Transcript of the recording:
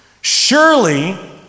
surely